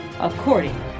according